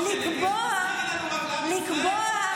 אתם יישמתם אותו כשעשיתם את זה?